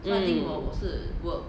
mm